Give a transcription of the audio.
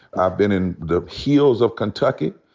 i've been in the hills of kentucky.